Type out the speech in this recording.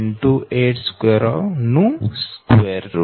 5 r 13